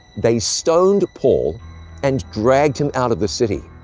they stoned paul and dragged him out of the city,